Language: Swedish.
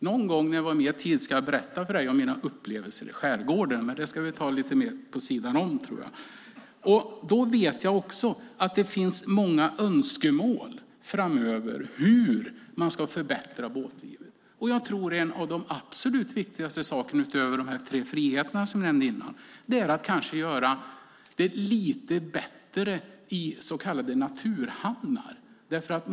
Någon gång när vi har mer tid ska jag berätta för dig om mina upplevelser i skärgården, men det ska vi ta lite mer på sidan om, tror jag. Jag vet också att det finns många önskemål framöver när det gäller hur man ska förbättra båtlivet. Jag tror att en av de absolut viktigaste sakerna, utöver de tre friheter som jag nämnde tidigare, är att göra det lite bättre i så kallade naturhamnar.